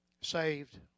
saved